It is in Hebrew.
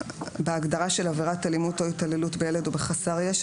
בהגדרה של עבירת אלימות או התעללות בילד או בחסר ישע,